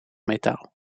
metaal